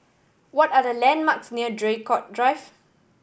what are the landmarks near Draycott Drive